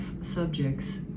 subjects